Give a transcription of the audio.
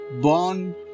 born